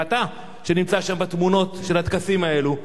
זה אתה שנמצא שם בתמונות של הטקסים האלו.